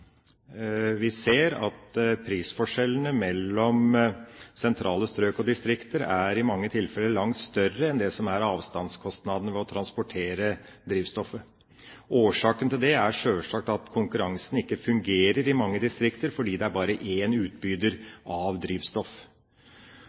mange tilfeller er langt større enn det som er avstandskostnadene ved å transportere drivstoffet. Årsaken til det er sjølsagt at konkurransen ikke fungerer i mange distrikter, fordi det bare er én utbyder